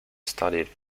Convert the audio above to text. studied